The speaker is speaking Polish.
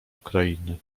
ukrainy